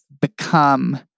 become